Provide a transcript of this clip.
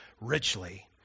richly